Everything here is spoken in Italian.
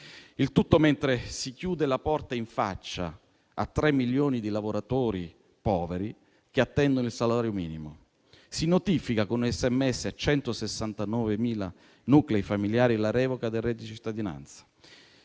avviene mentre si chiude la porta in faccia a 3 milioni di lavoratori poveri che attendono il salario minimo. Si notifica con un SMS a 169.000 nuclei familiari la revoca del reddito di cittadinanza.